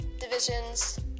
Divisions